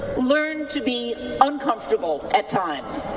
learn to be uncomfortable at times.